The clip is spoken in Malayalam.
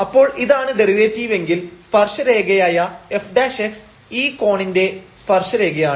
അപ്പോൾ ഇതാണ് ഡെറിവേറ്റീവെങ്കിൽ സ്പർശരേഖയായ f ഈ കോണിന്റെ സ്പർശരേഖയാണ്